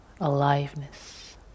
aliveness